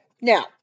Now